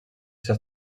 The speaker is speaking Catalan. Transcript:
ser